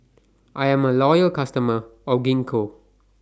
I Am A Loyal customer of Gingko